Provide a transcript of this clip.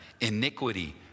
iniquity